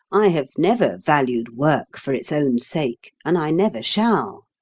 i have never valued work for its own sake, and i never shall.